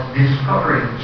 discovering